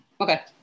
Okay